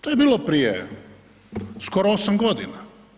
To je bilo prije skoro 8 godina.